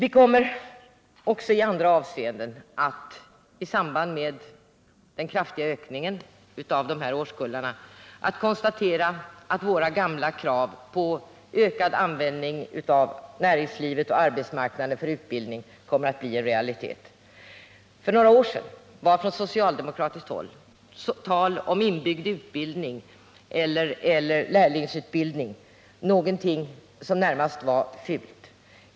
I samband med den kraftiga ökningen av de här årskullarna kommer vi också i andra avseenden att kunna konstatera att våra gamla krav var riktiga. Jag tänker t.ex. på kravet på ökad användning av näringslivet och arbetsmarknaden för utbildning. För några år sedan betraktades på socialdemokratiskt håll inbyggd utbildning och lärlingsutbildning närmast som någonting fult.